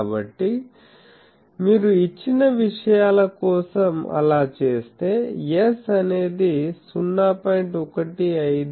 కాబట్టి మీరు ఇచ్చిన విషయాల కోసం అలా చేస్తే s అనేది 0